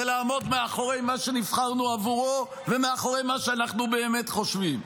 ולעמוד מאחורי מה שנבחרנו בעבורו ומאחורי מה שאנחנו באמת חושבים.